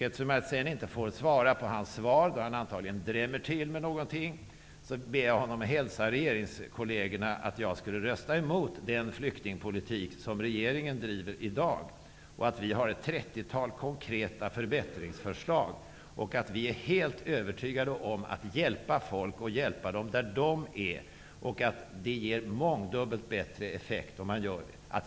Eftersom jag sedan inte får bemöta det som han säger, då han antagligen drämmer till med något, ber jag honom hälsa regeringskollegerna att jag skulle rösta mot den flyktingpolitik som regeringen i dag driver, att vi har ett trettiotal konkreta förbättringsförslag och att vi är helt övertygade om att man skall hjälpa människor där de är, vilket ger mångdubbelt bättre effekt.